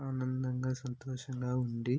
ఆనందంగా సంతోషంగా ఉండి